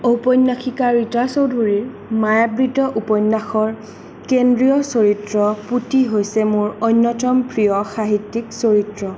ঔপন্যাসিকা ৰীতা চৌধুৰীৰ মায়াবৃত্ত উপন্যাসৰ কেন্দ্ৰীয় চৰিত্ৰ পুতি হৈছে মোৰ অন্যতম প্ৰিয় সাহিত্যিক চৰিত্ৰ